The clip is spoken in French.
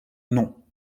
non